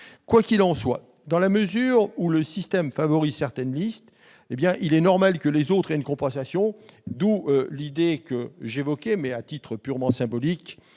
Quoi qu'il en soit, dans la mesure où le système favorise certaines listes, il est normal que les autres aient une compensation, d'où l'idée que la longueur de la profession de